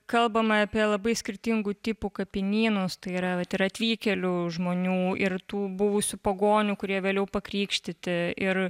kalbama apie labai skirtingų tipų kapinynus tai yra vat ir atvykėlių žmonių ir tų buvusių pagonių kurie vėliau pakrikštyti ir